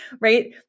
right